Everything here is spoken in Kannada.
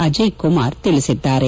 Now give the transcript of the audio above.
ಅಜಯ್ ಕುಮಾರ್ ತಿಳಿಸಿದ್ದಾರೆ